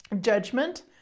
judgment